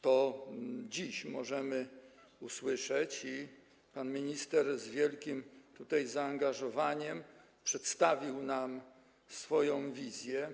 To dziś możemy usłyszeć i pan minister z wielkim zaangażowaniem przedstawił nam swoją wizję.